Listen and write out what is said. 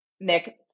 Nick